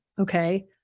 Okay